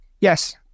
Yes